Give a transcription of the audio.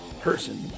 person